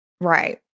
Right